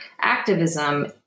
activism